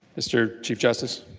mr. chief justice